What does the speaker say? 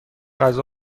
غذا